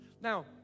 now